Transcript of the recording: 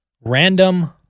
Random